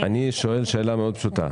אני שואל שאלה מאוד פשוטה.